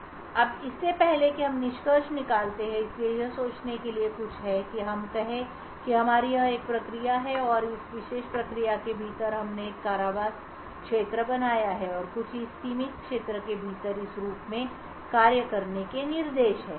अब इससे पहले कि हम निष्कर्ष निकालते हैं इसलिए यह सोचने के लिए कुछ है कि हम कहें कि हमारी यह एक प्रक्रिया है और इस विशेष प्रक्रिया के भीतर हमने एक कारावास क्षेत्र बनाया है औरकुछ इस सीमित क्षेत्र के भीतर इस रूप में कार्य करने के निर्देश हैं